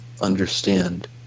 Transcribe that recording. understand